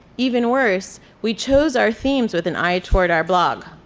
even worse, we chose our themes with an eye toward our blog.